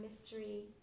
mystery